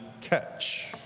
catch